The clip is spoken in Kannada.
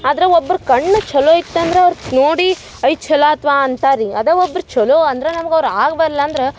ಆದ್ರ ಒಬ್ರ ಕಣ್ ಛಲೋ ಇತ್ತಂದ್ರ ನೋಡಿ ಐ ಛಲೋ ಆಥ್ವಾ ಅಂತಾರೆ ರೀ ಅದ ಒವ್ರ ಛಲೋ ಅಂದ್ರ ನಮ್ಗೆ ಅವ್ರ ಆಗ್ಬರ್ಲ ಅಂದ್ರ